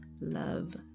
love